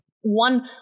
one